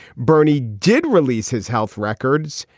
bernie did release his health records.